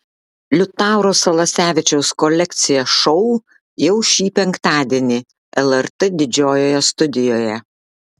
liutauro salasevičiaus kolekcija šou jau šį penktadienį lrt didžiojoje studijoje